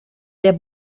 der